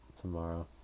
tomorrow